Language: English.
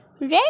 red